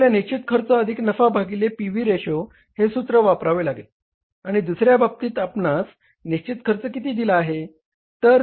आपल्याला निश्चित खर्च अधिक नफा भागिले पी व्ही रेशो हे सूत्र वापरावे लागेल आणि दुसऱ्या बाबतीत आपणास निश्चित खर्च किती दिला आहे